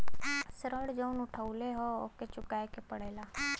ऋण जउन उठउले हौ ओके चुकाए के पड़ेला